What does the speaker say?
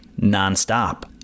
nonstop